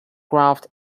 graph